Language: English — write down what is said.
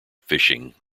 fishing